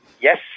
yes